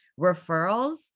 referrals